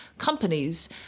companies